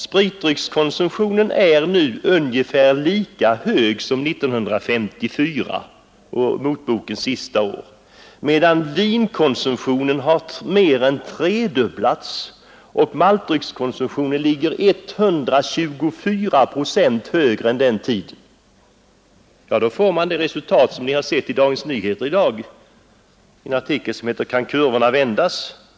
Spritdryckskonsumtionen är nu ungefär lika hög som 1954 — motbokens sista år — medan vinkonsumtionen har mer än tredubblats och maltdryckskonsumtionen nu är 124 procent högre än vid den tiden. Då får man det resultat som man kan läsa om i Dagens Nyheter i dag i en artikel som heter Kan kurvorna vändas?